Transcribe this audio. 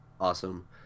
awesome